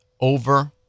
over